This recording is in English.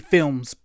Films